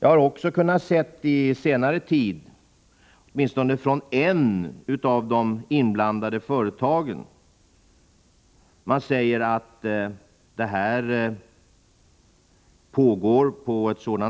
Jag har också under senare tid observerat att ett av de inblandade företagen sagt att denna utveckling är sådan